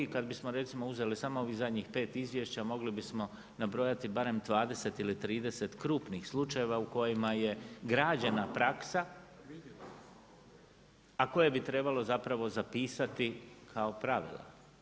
I kad bismo recimo uzeli samo ovih zadnjih pet izvješća mogli bismo nabrojati barem 20 ili 30 krupnih slučajeva u kojima je građena praksa, a koje bi trebalo zapravo zapisati kao pravila.